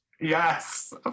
Yes